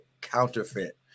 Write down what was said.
counterfeit